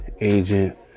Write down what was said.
agent